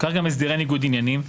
כך גם הסדרי ניגוד העניינים,